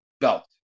belt